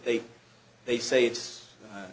they they say it's